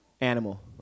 Animal